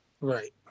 right